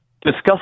discuss